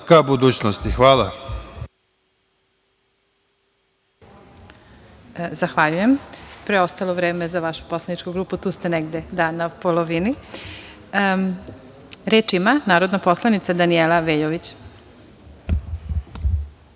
ka budućnosti. Hvala.